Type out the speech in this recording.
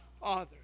Father